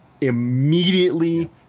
immediately